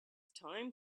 time